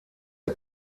der